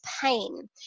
pain